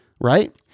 right